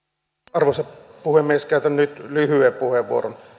arvoisa puhemies käytän nyt lyhyen puheenvuoron